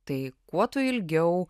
tai kuo tu ilgiau